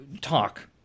talk